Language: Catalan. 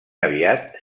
aviat